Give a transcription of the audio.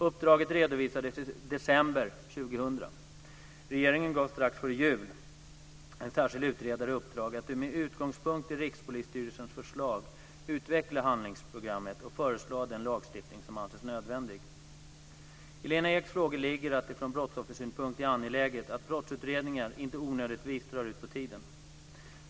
Uppdraget redovisades i december 2000. Regeringen gav strax före jul en särskild utredare i uppdrag att med utgångspunkt i Rikspolisstyrelsens förslag utveckla handlingsprogrammet och föreslå den lagstiftning som anses nödvändig. I Lena Eks frågor ligger att det från brottsoffersynpunkt är angeläget att brottsutredningar inte onödigtvis drar ut på tiden.